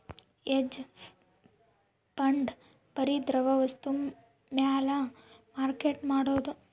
hedge fund ಬರಿ ದ್ರವ ವಸ್ತು ಮ್ಯಾಲ ಮಾರ್ಕೆಟ್ ಮಾಡೋದು